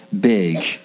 big